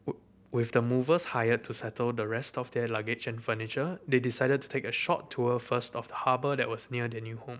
with the movers hired to settle the rest of their luggage and furniture they decided to take a short tour first of the harbour that was near their new home